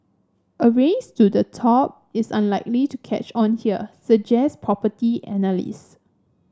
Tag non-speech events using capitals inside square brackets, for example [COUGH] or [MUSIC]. a race to the top is unlikely to catch on here suggest [UNINTELLIGIBLE] analyst